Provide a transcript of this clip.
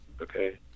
okay